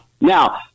Now